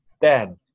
Dad